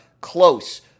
close